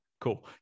cool